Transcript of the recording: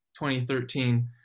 2013